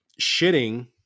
shitting